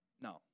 No